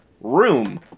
room